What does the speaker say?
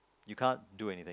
you can't do anything